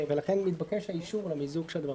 ולכן מתבקש האישור למיזוג שלהן.